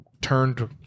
turned